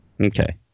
Okay